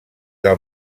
del